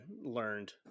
learned